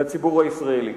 לציבור הישראלי.